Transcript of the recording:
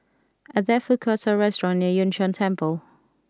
are there food courts or restaurants near Yun Shan Temple